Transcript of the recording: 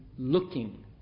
looking